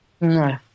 No